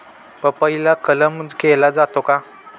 पपईला कलम केला जातो का?